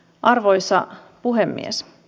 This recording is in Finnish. arvoisa puhemies